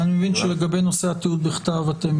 אני מבין שלגבי נושא התיעוד בכתב אתם